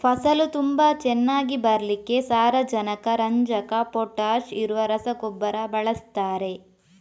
ಫಸಲು ತುಂಬಾ ಚೆನ್ನಾಗಿ ಬರ್ಲಿಕ್ಕೆ ಸಾರಜನಕ, ರಂಜಕ, ಪೊಟಾಷ್ ಇರುವ ರಸಗೊಬ್ಬರ ಬಳಸ್ತಾರೆ